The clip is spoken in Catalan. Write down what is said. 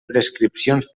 prescripcions